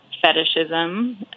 fetishism